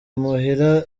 imuhira